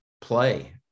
play